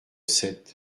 sept